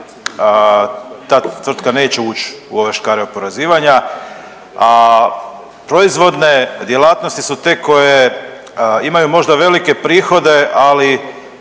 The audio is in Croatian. ta tvrtka neće ući u ove škare oporezivanja, a proizvodne djelatnosti su te koje imaju možda velike prihode, ali